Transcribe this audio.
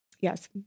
yes